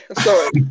Sorry